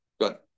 good